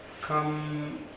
come